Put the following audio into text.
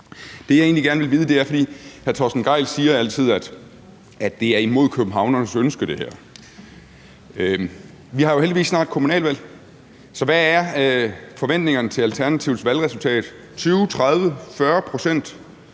byområder i København. Hr. Torsten Gejl siger altid, at det her er imod københavnernes ønske. Vi har jo heldigvis snart kommunalvalg, så hvad er forventningerne til Alternativets valgresultat – 20, 30, 40 pct.,